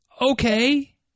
okay